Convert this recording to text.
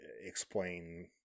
explain